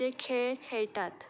जे खेळ खेळटात